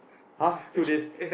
!huh! two days